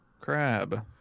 Crab